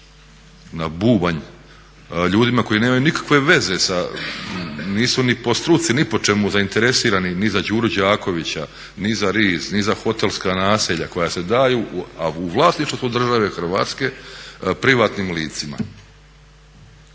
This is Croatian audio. na bubanj ljudima koji nemaju nikakve veze sa, nisu ni po struci ni po čemu zainteresirani ni za Đuru Đakovića, ni za RIZ, ni za hotelska naselja koja se daju, a u vlasništvu su države Hrvatske privatnim licima.